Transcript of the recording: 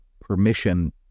permission